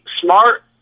smart